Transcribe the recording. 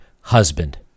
husband